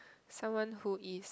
someone who is